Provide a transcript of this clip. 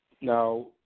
Now